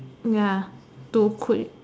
ya to could